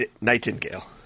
Nightingale